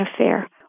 affair